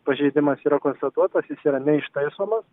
pažeidimas yra konstatuotas jis yra neištaisomas